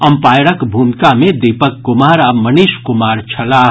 अम्पायरक भूमिका मे दीपक कुमार आ मनीष कुमार छलाह